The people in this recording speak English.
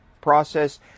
process